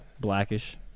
Blackish